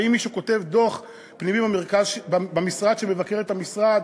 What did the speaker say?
ואם מישהו כותב דוח פנימי במשרד של מבקרת המשרד,